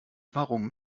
warum